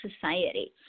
society